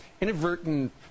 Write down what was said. inadvertent